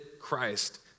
Christ